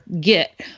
get